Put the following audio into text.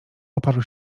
oparł